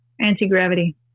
Anti-gravity